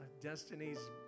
Destiny's